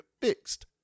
fixed